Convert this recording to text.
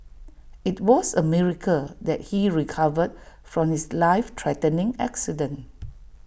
IT was A miracle that he recovered from his life threatening accident